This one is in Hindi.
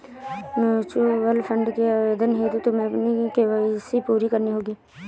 म्यूचूअल फंड के आवेदन हेतु तुम्हें अपनी के.वाई.सी पूरी करनी होगी